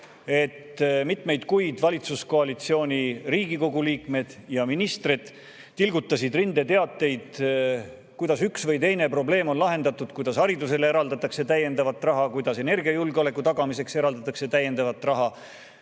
et mitmeid kuid on valitsuskoalitsiooni kuuluvad Riigikogu liikmed ja ministrid tilgutanud rindeteateid, kuidas üks või teine probleem on lahendatud, kuidas haridusele eraldatakse täiendavat raha, kuidas energiajulgeoleku tagamiseks eraldatakse täiendavat raha,